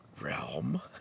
realm